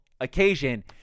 occasion –